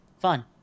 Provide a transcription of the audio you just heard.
Fun